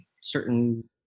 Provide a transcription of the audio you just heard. certain